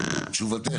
תשובתך?